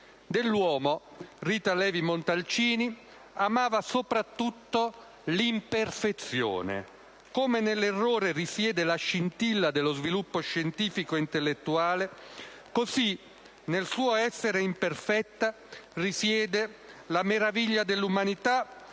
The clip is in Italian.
Dell'uomo, Rita Levi-Montalcini amava soprattutto l'imperfezione. Come nell'errore risiede la scintilla dello sviluppo scientifico e intellettuale, così nel suo essere imperfetta risiede la meraviglia dell'umanità